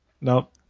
Nope